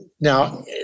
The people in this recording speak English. now